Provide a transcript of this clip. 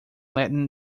latin